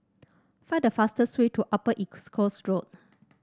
find the fastest way to Upper East Coast Road